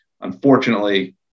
unfortunately